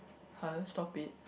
!huh! then stop it